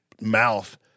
mouth